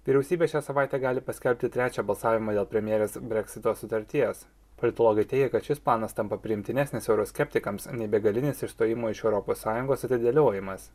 vyriausybė šią savaitę gali paskelbti trečią balsavimą dėl premjerės breksito sutarties politologai teigia kad šis planas tampa priimtinesnis euroskeptikams nei begalinis išstojimo iš europos sąjungos atidėliojimas